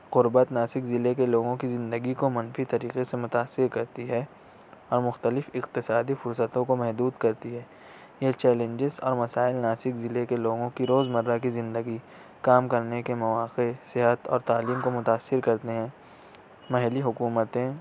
قربت ناسک ضلع کے لوگوں کی زندگی کو منفی طریقے سے متأثر کرتی ہے اور مختلف اقتصادی فرصتوں کو محدود کرتی ہے یہ چیلنجز عام مسائل ناسک ضلع کے لوگوں کی روز مرہ کی زندگی کام کرنے کے مواقع صحت اور تعلیم کو متأثر کرتے ہیں محلی حکومتیں